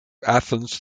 athens